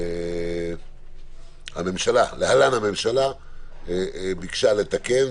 להלן הממשלה ביקשה לתקן,